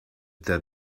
that